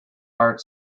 art